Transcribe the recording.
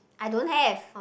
I don't have